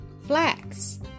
flax